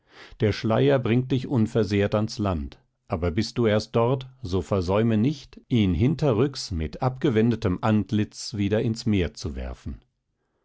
der schleier bringt dich unversehrt ans land aber bist du erst dort so versäume nicht ihn hinterrücks mit abgewendetem antlitz wieder ins meer zu werfen